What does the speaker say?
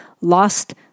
lost